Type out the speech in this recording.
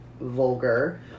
vulgar